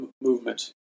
movement